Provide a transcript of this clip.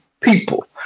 people